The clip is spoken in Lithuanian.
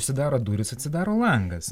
užsidaro durys atsidaro langas